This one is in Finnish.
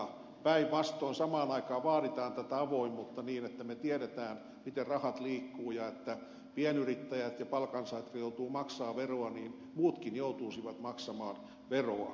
päinvastoin samaan aikaan vaaditaan tätä avoimuutta niin että me tiedämme miten rahat liikkuvat ja kuten pienyrittäjät ja palkansaajat jotka joutuvat maksamaan veroa muutkin joutuisivat maksamaan veroa